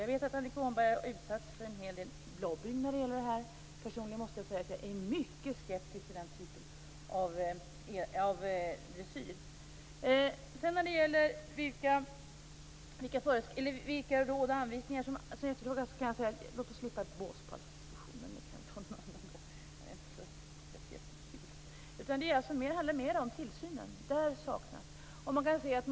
Jag vet att Annika Åhnberg har utsatts för en hel del lobbying när det gäller detta. Personligen måste jag säga att jag är mycket skeptisk till den typen av dressyr. När det gäller vilka råd och anvisningar som efterfrågas vill jag säga: Låt oss slippa båspallsdiskussionen. Den kan vi ta någon annan gång. Det handlar mer om tillsynen. Det är där det saknas.